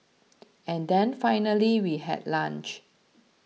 and then finally we had lunch